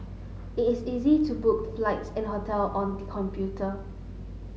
it is easy to book flights and hotel on computer